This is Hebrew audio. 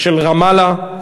ושל רמאללה,